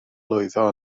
lwyddo